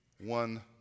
one